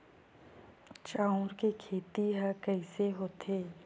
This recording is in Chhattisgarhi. चांउर के खेती ह कइसे होथे?